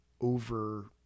over